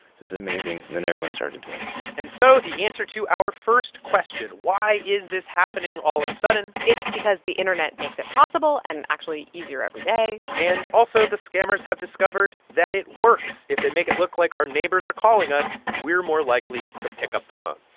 is amazing. and then everyone started doing it and so the answer to our first question why is this happening all of a sudden? it's because the internet makes it possible and actually easier every day and also, the scammers have discovered that it works. if they make it look like our neighbors are calling us, we're more likely to pick up the phone